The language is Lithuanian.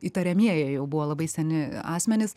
įtariamieji jau buvo labai seni asmenys